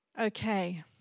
Okay